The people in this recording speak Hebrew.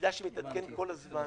מידע שמתעדכן כל הזמן.